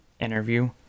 interview